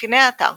מאפייני האתר